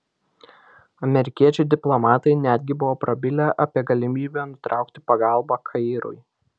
amerikiečiai diplomatai netgi buvo prabilę apie galimybę nutraukti pagalbą kairui